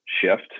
shift